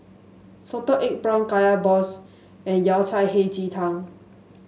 Salted Egg prawn Kaya Balls and Yao Cai Hei Ji Tang